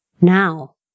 Now